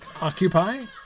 occupy